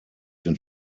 den